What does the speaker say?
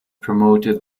promoted